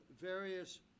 various